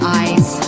eyes